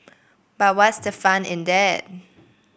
but what's the fun in that